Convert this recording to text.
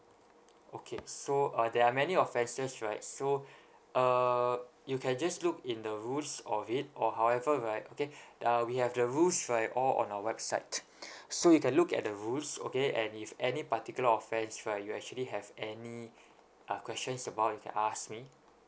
okay so uh there are many offences right so uh you can just look in the rules of it or however right okay th~ uh we have the rules right all on our website so you can look at the rules okay and if any particular offence right you actually have any uh questions about you can ask me